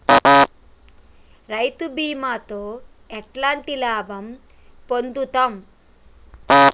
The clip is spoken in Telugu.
రైతు బీమాతో ఎట్లాంటి లాభం పొందుతం?